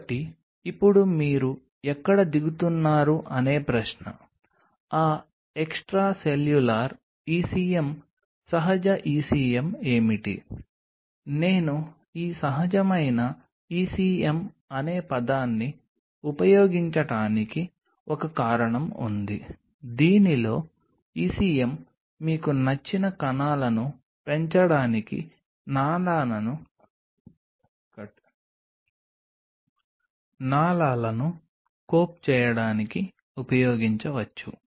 కాబట్టి ఇప్పుడు మీరు ఎక్కడ దిగుతున్నారు అనే ప్రశ్న ఆ ఎక్స్ట్రాసెల్యులర్ ECM సహజ ECM ఏమిటి నేను ఈ సహజమైన ECM అనే పదాన్ని ఉపయోగించటానికి ఒక కారణం ఉంది దీనిలో ECM మీకు నచ్చిన కణాలను పెంచడానికి నాళాలను కోప్ చేయడానికి ఉపయోగించవచ్చు